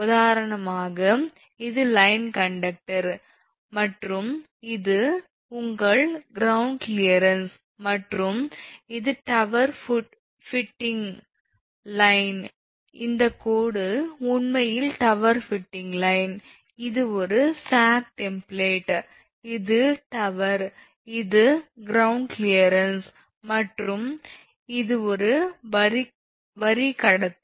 உதாரணமாக இது line conductor மற்றும் இது உங்கள் கிரவுண்ட் கிளியரன்ஸ் மற்றும் இது டவர் ஃபுடிங் லைன் இந்த கோடு உண்மையில் டவர் ஃபுடிங் லைன் இது ஒரு சாக் டெம்ப்ளேட் இது டவர் இது கிரவுண்ட் கிளியரன்ஸ் மற்றும் இது வரி கடத்தி